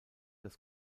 das